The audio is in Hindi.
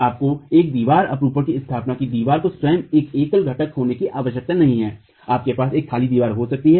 आपने एक दीवार अपरूपणता की स्थापना की दीवार को स्वयं एक एकल घटक होने की आवश्यकता नहीं है आपके पास एक खाली दीवार हो सकती है